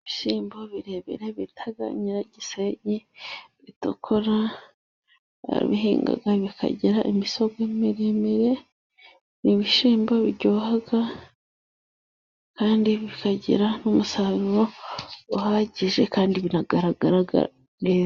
Ibishyimbo birebire bita nyiragisenyi bitukura barabihinga bikagira imisogwe miremire, ni ibishyimbo biryoha kandi bikagira n'umusaruro uhagije kandi binagaragara neza.